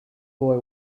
boy